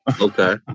Okay